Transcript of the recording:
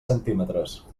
centímetres